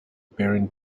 bearing